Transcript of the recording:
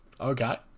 Okay